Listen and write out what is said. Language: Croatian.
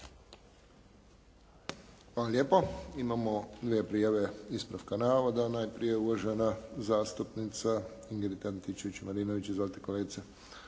Hvala lijepo. Imamo dvije prijave ispravka navoda. Najprije uvažena zastupnica Ingrid Antičević-Marinović. Izvolite, kolegice.